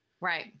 Right